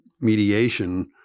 mediation